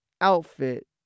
outfit